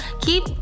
keep